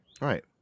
right